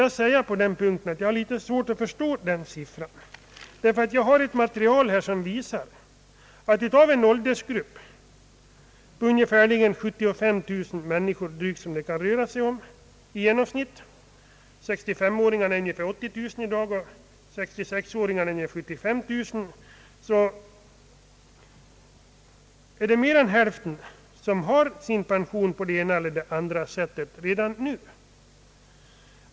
Jag har litet svårt att förstå den siffran — jag har ett material här som visar att av en åldersgrupp på drygt 75 000 människor har mer än hälften sin pension på ena eller andra sättet redan nu.